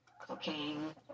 cocaine